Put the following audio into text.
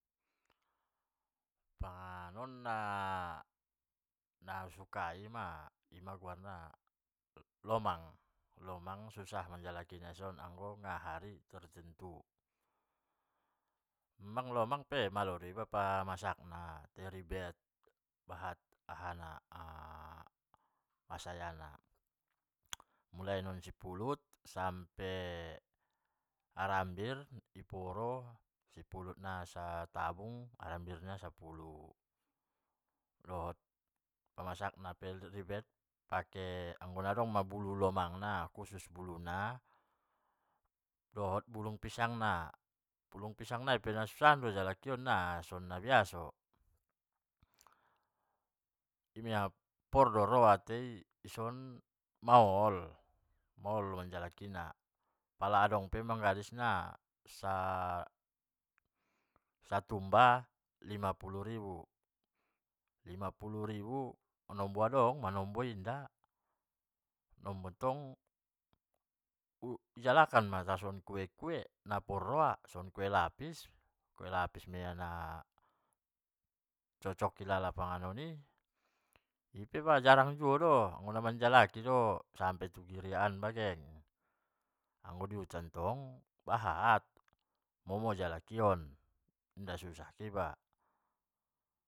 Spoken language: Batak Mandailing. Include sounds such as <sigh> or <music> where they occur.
Panganaon na usukai ma ima guarna lomang, lomang susah manjalaki na ison. anggo nahari tertentu, emang lomang malo do iba pamasakna tai ribet. bahat aha na <hesitation> hasaya na mulai sian sipulut sampe harambir di poro sipulutna satabung harambir na sapuluh, dohot pamasak na pe ribet, pake anggo na adong ma bulu lomang na, khusus bulu na, dohot bulung pisang na, bulung pisangna pe maol do jalakion, adong khusus bulung nasongon nabiaso, inma pordoroha tai ison maol, maol manjalaki na. pala tong adong pe manggadisna nasumbuk lima puluh ribu, lima puluh ribu manombo adong manombo inda. pala tong di jalakan ma tarsongon kue-kue naporroha songon kue lapis, kue lapis ma ia na cocok ilala panganon i, ipe majarang juo do okkon manjalaki do, sampe tu girang an bage. onggo di huta tong bahat, momo jalakion nda susah iba.